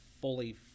fully